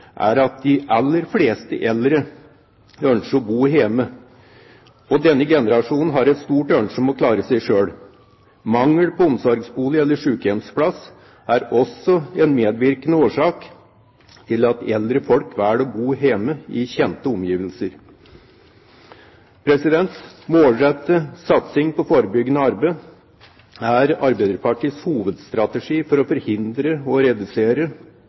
er at de aller fleste eldre ønsker å bo hjemme, og denne generasjonen har et stort ønske om å klare seg selv. Mangel på omsorgsbolig eller sykehjemsplass er også en medvirkende årsak til at eldre folk velger å bo hjemme i kjente omgivelser. Målrettet satsing på forebyggende arbeid er Arbeiderpartiets hovedstrategi for å forhindre og redusere